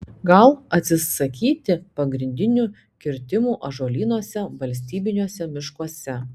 gal atsisakyti pagrindinių kirtimų ąžuolynuose valstybiniuose miškuose